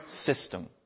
system